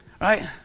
Right